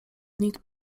nikt